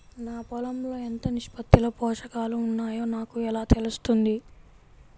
నా పొలం లో ఎంత నిష్పత్తిలో పోషకాలు వున్నాయో నాకు ఎలా తెలుస్తుంది?